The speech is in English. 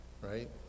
Right